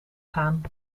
gaan